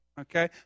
okay